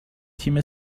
تیم